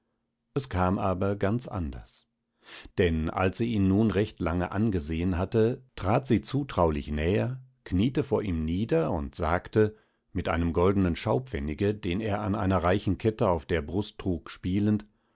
es kam aber ganz anders denn als sie ihn nun recht lange angesehen hatte trat sie zutraulich näher kniete vor ihm nieder und sagte mit einem goldnen schaupfennige den er an einer reichen kette auf der brust trug spielend